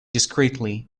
discreetly